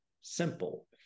simple